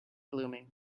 blooming